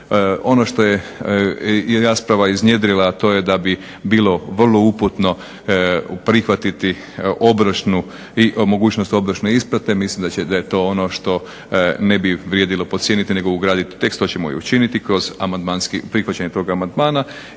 Ono što je rasprava iznjedrila, a to je da bi bilo vrlo uputno prihvatiti obročnu i mogućnost obročne isplate. Mislim da je to ono što ne bi vrijedilo podcijeniti, nego ugraditi u tekst. To ćemo i učiniti kroz amandmanski, prihvaćanje tog amandmana.